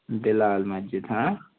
بِلال مَسجِد ہاں